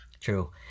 True